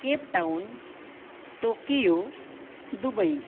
Cape Town Tokyo Dubai